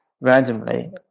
randomly